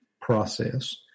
Process